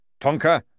Tonka